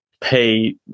pay